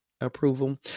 approval